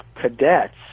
cadets